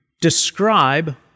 describe